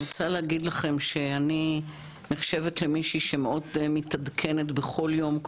אני רוצה להגיד לכם שאני נחשבת למישהי שמאוד מתעדכנת בכל יום.